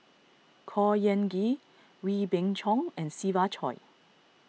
Khor Ean Ghee Wee Beng Chong and Siva Choy